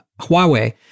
Huawei